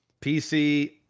PC